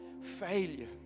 failure